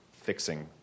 fixing